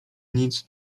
nic